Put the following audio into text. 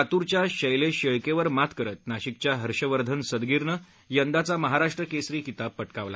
लातूरच्या शैलेश शेळकेवर मात करत नाशिकच्या हर्षवर्धन सदगीरनं यंदाचा महाराष्ट्र केसरी किताब पटकावला